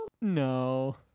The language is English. No